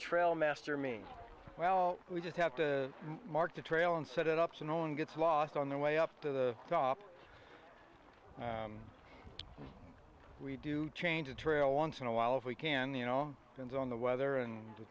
trail master means well we just have to mark the trail and set it up so no one gets lost on the way up to the top we do change a trail once in a while if we can you know turns on the weather and the